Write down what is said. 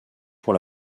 pour